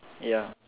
ya